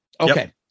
Okay